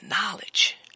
knowledge